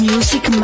Music